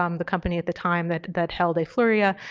um the company at the time that that held afluria,